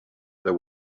there